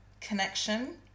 connection